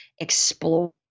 explore